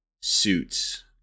suits